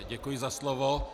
Děkuji za slovo.